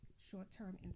Short-term